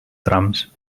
trams